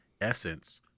Essence